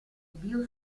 dio